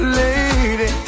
lady